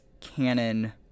canon